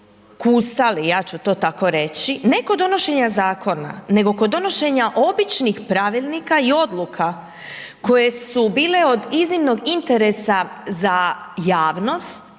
kusali, ja ću to tako reći, ne kod donošenja nego kod donošenja običnih pravilnika i odluka koje su bile od iznimnog interesa za javnost